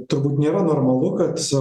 turbūt nėra normalu kad